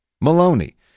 Maloney